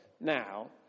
now